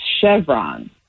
Chevron